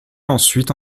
ensuite